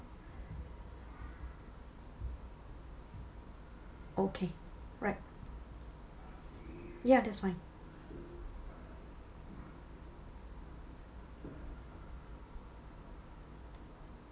okay right ya that's fine